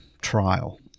trial